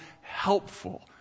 helpful